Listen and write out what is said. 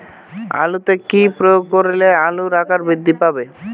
আলুতে কি প্রয়োগ করলে আলুর আকার বৃদ্ধি পাবে?